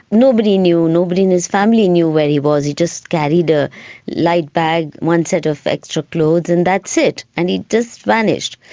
nobody knew, nobody in his family knew where he was, he just carried a light bag, one set of extra clothes and that's it, and he just vanished.